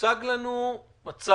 הוצג לנו מצג